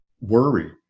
worry